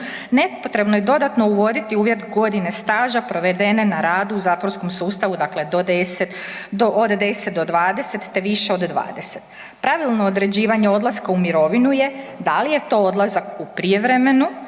nepotrebno je dodatno uvoditi uvjet godine staža provedene na radu u zatvorskom sustavu, dakle do 10, do od 10 do 20, te više od 20. Pravilno određivanje odlaska u mirovinu je da li je to odlazak u prijevremenu,